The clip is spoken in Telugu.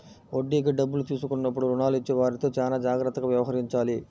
వడ్డీకి డబ్బులు తీసుకున్నప్పుడు రుణాలు ఇచ్చేవారితో చానా జాగ్రత్తగా వ్యవహరించాలి